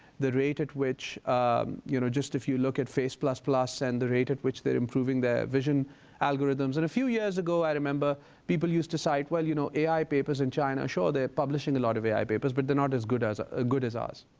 the rate at which you know just if you look at face and the rate at which they are improving their vision algorithms. and a few years ago i remember people used to cite, well, you know, ai papers in china sure, they're publishing a lot of ai papers, but they're not as good as ah ah good as us.